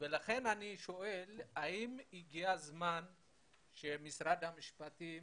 ולכן אני שואל האם הגיע לא הזמן שמשרד המשפטים